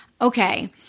okay